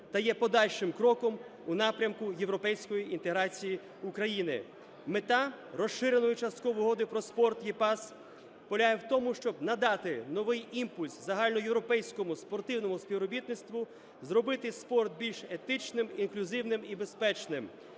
та є подальшим кроком у напрямку європейської інтеграції України. Мета Розширеної часткової угоди про спорт (EPAS) полягає в тому, щоб надати новий імпульс загальноєвропейському спортивному співробітництву, зробити спорт більш етичним, інклюзивним і безпечним.